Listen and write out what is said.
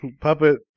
Puppet